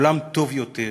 עולם טוב יותר,